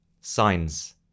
signs